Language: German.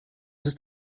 ist